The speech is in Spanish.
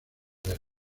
poder